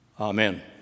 Amen